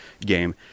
game